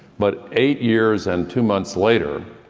but eight years and two months later,